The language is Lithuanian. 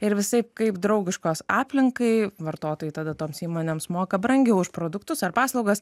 ir visaip kaip draugiškos aplinkai vartotojai tada toms įmonėms moka brangiau už produktus ar paslaugas